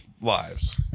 lives